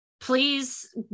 please